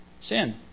Sin